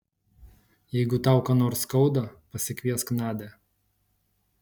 jeigu tau ką nors skauda pasikviesk nadią